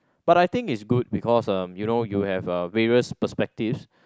but I think is good because uh you know you have a various perspectives